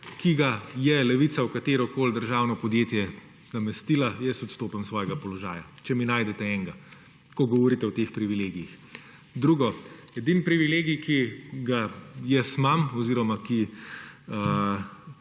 ki ga je Levica v katerokoli državno podjetje namestila, jaz odstopim iz svojega položaja, če mi najdete enega, ko govorite o teh privilegijih. Drugo. Edini privilegij, ki ga jaz imam oziroma za